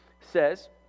says